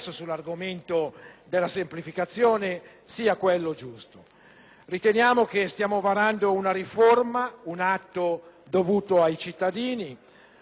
Riteniamo di stare varando una riforma che è un atto dovuto ai cittadini, un importante passaggio verso una tappa